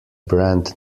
brand